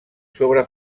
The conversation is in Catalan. sobre